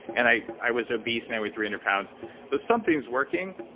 and i i was obese, and i weighed three hundred pounds so, something is working,